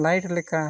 light